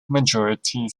majorities